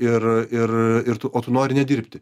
ir ir ir tu o tu nori nedirbti